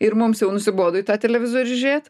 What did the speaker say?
ir mums jau nusibodo į tą televizorių žiūrėt